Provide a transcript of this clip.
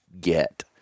get